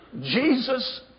Jesus